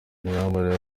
imyambarire